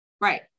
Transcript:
Right